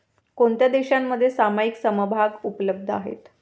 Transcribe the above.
कोणत्या देशांमध्ये सामायिक समभाग उपलब्ध आहेत?